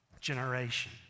generation